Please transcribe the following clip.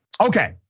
Okay